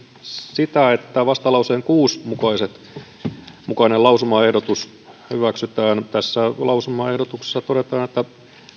sitä että vastalauseen kuuden mukainen lausumaehdotus hyväksytään tässä lausumaehdotuksessa todetaan että